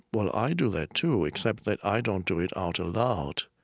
well, i do that too, except that i don't do it out loud.